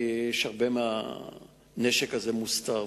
כי הרבה מהנשק הזה מוסתר,